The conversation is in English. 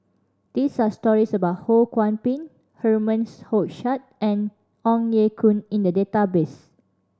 this are stories about Ho Kwon Ping Herman Hochstadt and Ong Ye Kung in the database